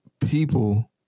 people